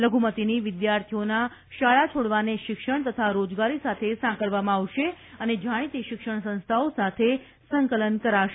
લઘુમતિની વિદ્યાર્થીઓના શાળા છોડવાને શિક્ષણ તથા રોજગારી સાથે સાંકળવામાં આવશે અને જાણીતી શિક્ષણ સંસ્થાઓ સાથે સંકલન કરાશે